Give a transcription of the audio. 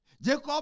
jacob